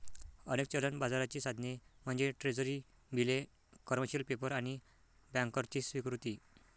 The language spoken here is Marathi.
अनेक चलन बाजाराची साधने म्हणजे ट्रेझरी बिले, कमर्शियल पेपर आणि बँकर्सची स्वीकृती